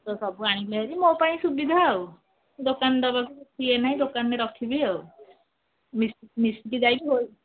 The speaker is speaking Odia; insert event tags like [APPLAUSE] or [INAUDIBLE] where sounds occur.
ତ ସବୁ ଆଣିଲେ ହେରି ମୋ ପାଇଁ ସୁବିଧା ଆଉ ଦୋକାନ [UNINTELLIGIBLE] ଇଏ ନାଇ ଦୋକାନରେ ରଖିବି ଆଉ ମି ମିଶିକି ଯାଇକି